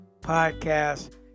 podcast